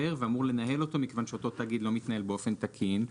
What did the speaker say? אחר ואמור לנהל אותו מכיוון שאותו תאגיד לא מתנהל באופן תקין.